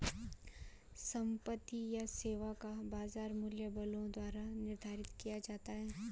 संपत्ति या सेवा का बाजार मूल्य बलों द्वारा निर्धारित किया जाता है